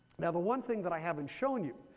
now the one thing that i haven't shown you,